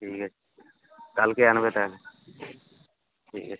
ঠিক আছে কালকে আনবে তাহলে ঠিক আছে